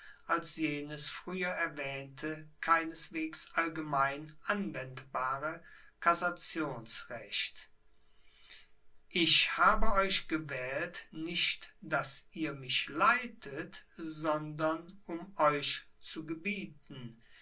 als jenes frueher erwaehnte keineswegs allgemein anwendbare kassationsrecht ich habe euch gewaehlt nicht dass ihr mich leitet sondern um euch zu gebieten